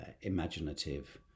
imaginative